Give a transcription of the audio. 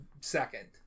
second